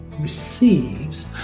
receives